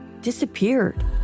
disappeared